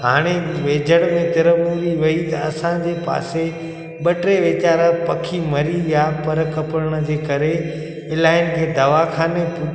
हाणे वेझरि में तिरमूरी वई त असांजे पासे ॿ टे वेचारा पखी मरी या पर कपण जे करे इलाहियुनि खे दवाख़ाने